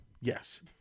Yes